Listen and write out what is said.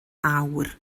awr